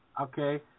Okay